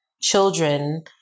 children